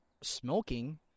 smoking